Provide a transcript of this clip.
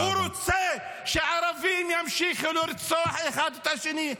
-- הוא רוצה שערבים ימשיכו לרצוח אחד את השני.